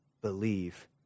believe